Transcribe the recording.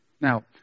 Now